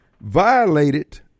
violated